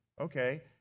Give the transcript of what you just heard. okay